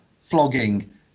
flogging